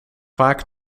vaak